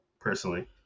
personally